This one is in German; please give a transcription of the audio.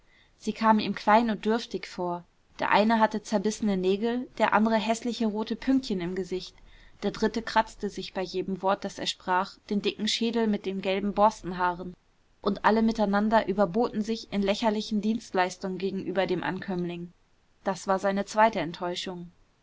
sie kamen ihm klein und dürftig vor der eine hatte zerbissene nägel der andere häßliche rote pünktchen im gesicht der dritte kratzte sich bei jedem wort das er sprach den dicken schädel mit den gelben borstenhaaren und alle miteinander überboten sich in lächerlichen dienstleistungen gegenüber dem ankömmling das war seine zweite enttäuschung